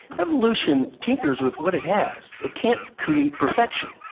evolution tinkers with what it has. it can't create perfection.